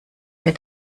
wir